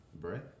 Breath